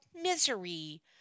misery